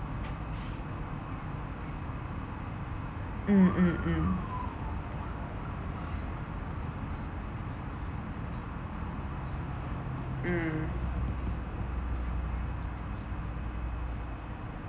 mm mm mm mm